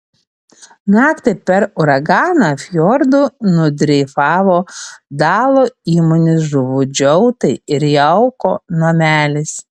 naktį per uraganą fjordu nudreifavo dalo įmonės žuvų džiautai ir jauko namelis